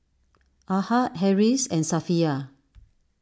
Ahad Harris and Safiya